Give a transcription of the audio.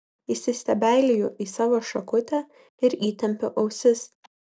įsistebeiliju į savo šakutę ir įtempiu ausis